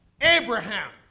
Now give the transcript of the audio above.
Abraham